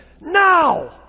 now